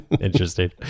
Interesting